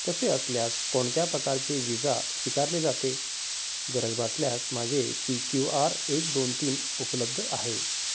तसे असल्यास कोणत्या प्रकारचे व विजा स्वीकारले जाते गरज असल्यास माझे पी क्यू आर एक दोन तीन उपलब्ध आहे